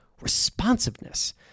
Responsiveness